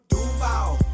Duval